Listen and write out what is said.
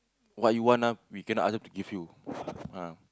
what you want ah we cannot ask her to give you ah